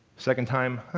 second time, ah,